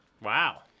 Wow